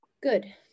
Good